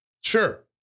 Sure